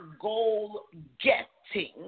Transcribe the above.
goal-getting